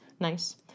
Nice